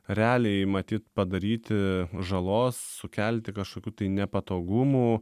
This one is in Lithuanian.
realiai matyt padaryti žalos sukelti kažkokių tai nepatogumų